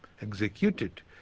executed